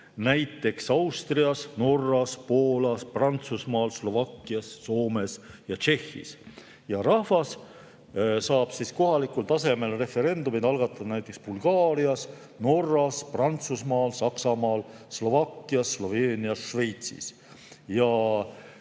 näiteks Austrias, Norras, Poolas, Prantsusmaal, Slovakkias, Soomes ja Tšehhis. Rahvas saab kohalikul tasemel referendumeid algatada näiteks Bulgaarias, Norras, Prantsusmaal, Saksamaal, Slovakkias, Sloveenias ja Šveitsis.